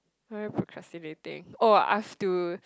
what am I procrastinating oh I've to